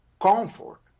comfort